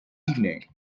evening